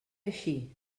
així